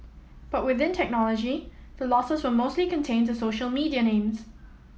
but within technology the losses were mostly contained to social media names